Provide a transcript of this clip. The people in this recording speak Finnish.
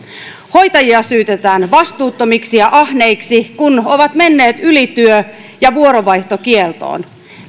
hoitajia syytetään vastuuttomiksi ja ahneiksi kun ovat menneet ylityö ja vuoronvaihtokieltoon